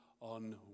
On